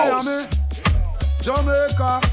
Jamaica